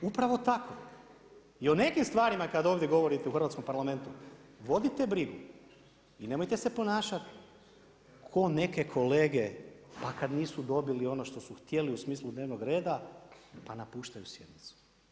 Da da, upravo tako, jer u nekim stvarima kada ovdje govorite o hrvatskom parlamentu, vodite brigu i nemojte se ponašati ko neke kolege pa kad nisu dobili ono što su hitjeli, u smislu dnevnog reda, pa napuštaju sjednicu.